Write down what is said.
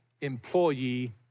employee